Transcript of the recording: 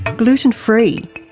gluten free,